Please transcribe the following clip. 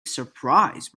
surprise